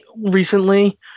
recently